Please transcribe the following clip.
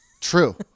True